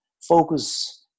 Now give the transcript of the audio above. focus